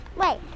Wait